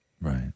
Right